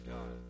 God